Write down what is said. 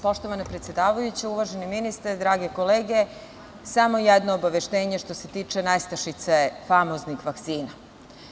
Poštovana predsedavajuća, uvaženi ministre, drage kolege samo jedno obaveštenje što se tiče nestašice famoznih vakcina.